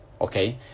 okay